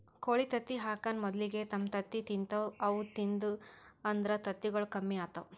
ಕೋಳಿ ತತ್ತಿ ಹಾಕಾನ್ ಮೊದಲಿಗೆ ತಮ್ ತತ್ತಿ ತಿಂತಾವ್ ಅವು ತಿಂದು ಅಂದ್ರ ತತ್ತಿಗೊಳ್ ಕಮ್ಮಿ ಆತವ್